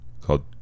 called